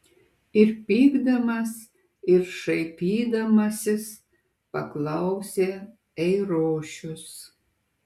ir pykdamas ir šaipydamasis paklausė eirošius